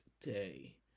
day